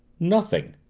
nothing,